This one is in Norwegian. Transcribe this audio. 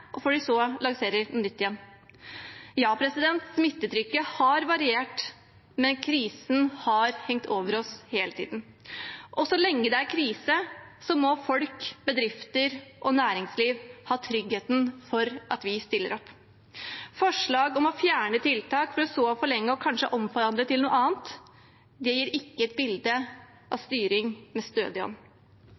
og lansere noe nytt igjen. Ja, smittetrykket har variert, men krisen har hengt over oss hele tiden. Og så lenge det er krise, må folk, bedrifter og næringsliv ha tryggheten for at vi stiller opp. Forslag om å fjerne tiltak, for så å forlenge det og kanskje omforhandle det til noen annet, gir ikke et bilde av styring med